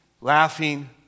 laughing